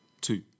two